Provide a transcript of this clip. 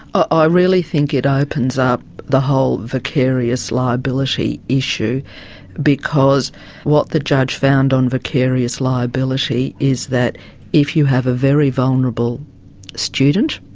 ah i really think it opens up the whole vicarious liability issue because what the judge found on vicarious liability is that if you have a very vulnerable student,